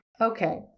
okay